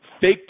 fake